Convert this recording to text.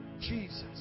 Jesus